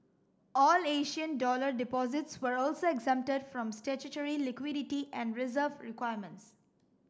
all Asian dollar deposits were also exempted from statutory liquidity and reserve requirements